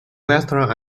western